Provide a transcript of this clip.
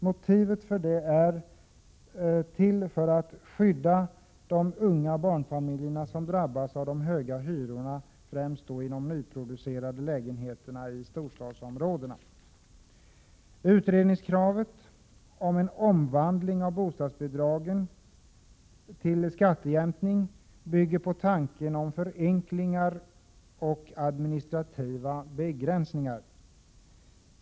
Motivet är att skydda de unga barnfamiljerna som drabbas av de höga hyrorna, främst i de nyproducerade lägenheterna i storstadsområdena. Kravet på en utredning om en omvandling av bostadsbidrag till skattejämkning bygger på tanken om förenklingar och administrativa begränsningar.